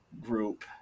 group